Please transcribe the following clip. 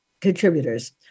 contributors